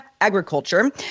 agriculture